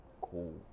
cool